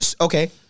Okay